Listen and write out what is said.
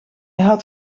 had